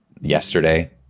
yesterday